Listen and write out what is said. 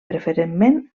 preferentment